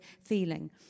feeling